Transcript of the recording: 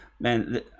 man